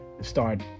start